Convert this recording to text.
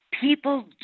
People